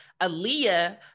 Aaliyah